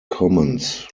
commons